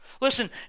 listen